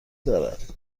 دارد